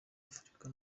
afurika